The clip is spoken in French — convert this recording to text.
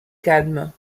calme